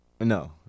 No